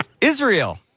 Israel